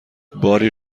باری